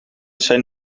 zijn